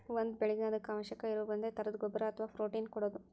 ಒಂದ ಬೆಳಿಗೆ ಅದಕ್ಕ ಅವಶ್ಯಕ ಇರು ಒಂದೇ ತರದ ಗೊಬ್ಬರಾ ಅಥವಾ ಪ್ರೋಟೇನ್ ಕೊಡುದು